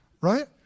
right